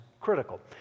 critical